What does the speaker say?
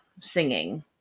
singing